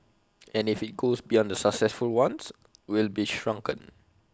and if IT goes beyond the successful ones we'll be shrunken